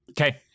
Okay